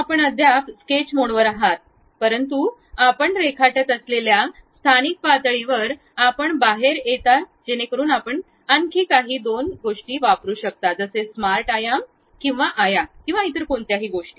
आपण अद्याप स्केच मोडवर आहात परंतु आपण रेखाटत असलेल्या स्थानिक पातळीवर आपण बाहेर येता जेणेकरून आपण आणखी काही दोन वापरु शकता जसे स्मार्ट आयाम किंवा आयत किंवा इतर कोणत्याही गोष्टी